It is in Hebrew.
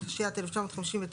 התשי"ט-1959